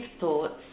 thoughts